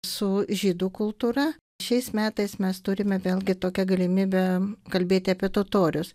su žydų kultūra šiais metais mes turime vėlgi tokią galimybę kalbėti apie totorius